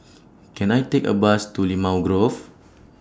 Can I Take A Bus to Limau Grove